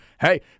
hey